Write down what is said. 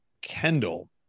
Kendall